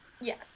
Yes